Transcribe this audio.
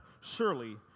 Surely